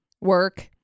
work